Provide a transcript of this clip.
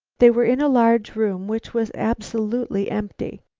they were in a large room which was absolutely empty.